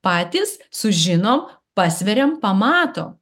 patys sužinom pasveriam pamatom